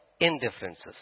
indifferences